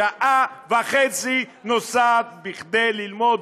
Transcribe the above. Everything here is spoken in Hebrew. שעה וחצי נוסעת כדי ללמוד,